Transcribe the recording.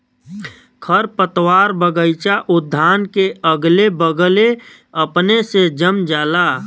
खरपतवार बगइचा उद्यान के अगले बगले अपने से जम जाला